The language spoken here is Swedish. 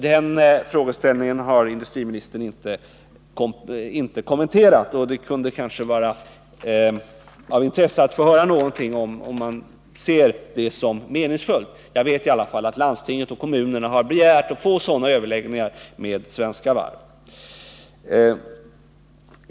Den frågeställningen har industriministern inte kommenterat, och det kunde kanske vara av intresse att få höra någonting om huruvida han ser en sådan kontakt som meningsfull. Jag vet i alla fall att landstinget och kommunerna har begärt att få överläggningar med Svenska Varv.